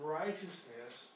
righteousness